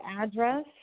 address